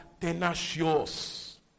tenacious